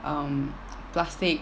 um plastic